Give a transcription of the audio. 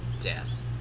death